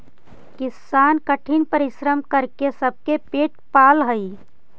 किसान कठिन परिश्रम करके सबके पेट पालऽ हइ